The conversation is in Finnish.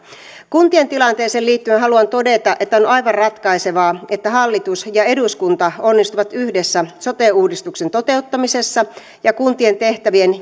kuntien tilanteeseen liittyen haluan todeta että on aivan ratkaisevaa että hallitus ja eduskunta onnistuvat yhdessä sote uudistuksen toteuttamisessa kuntien tehtävien